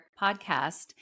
podcast